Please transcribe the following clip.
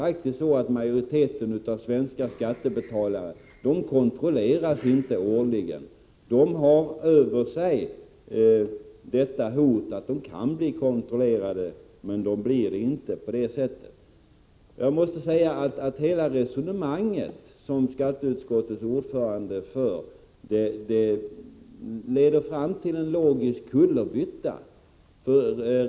Men majoriteten av svenska skattebetalare kontrolleras inte årligen, även om de har hotet om att bli kontrollerade över sig. Det resonemang som skatteutskottets ordförande för leder fram till en logisk kullerbytta.